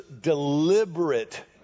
deliberate